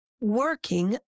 working